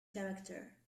character